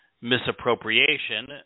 misappropriation